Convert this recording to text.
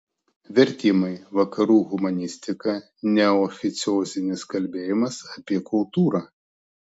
vertimai vakarų humanistika neoficiozinis kalbėjimas apie kultūrą